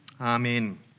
Amen